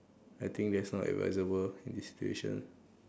I think that's not advisable in this situation